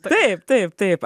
taip taip taip